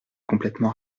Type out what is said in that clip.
complètement